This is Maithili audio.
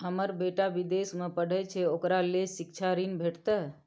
हमर बेटा विदेश में पढै छै ओकरा ले शिक्षा ऋण भेटतै?